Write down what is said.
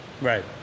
Right